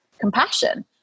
compassion